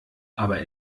aber